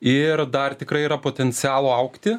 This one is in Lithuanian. ir dar tikrai yra potencialo augti